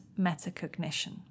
metacognition